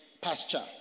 pasture